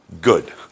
Good